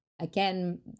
Again